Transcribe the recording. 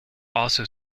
also